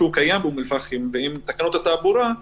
קיים באום אל פאחם ועם תקנות התעבורה,